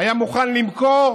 הוא היה מוכן למכור